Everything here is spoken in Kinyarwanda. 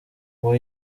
uwo